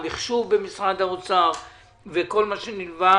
המחשוב במשרד האוצר וכל מה שנלווה